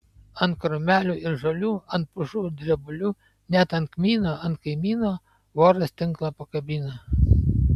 ant krūmelių ir žolių ant pušų ir drebulių net ant kmyno ant kaimyno voras tinklą pakabino